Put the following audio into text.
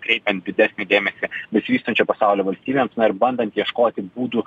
kreipiant didesnį dėmesį besivystančio pasaulio valstybėms na ir bandant ieškoti būdų